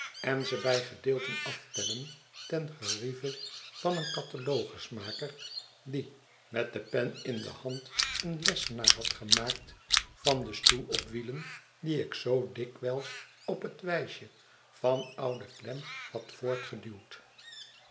en ze bij gedeelten aftellen ten gerieve van een catalogusmaker die met de pen in de hand een lessenaar had gemaakt van den stoel op wielen dien ik zoo dikwijls op het wijsje van oude clem had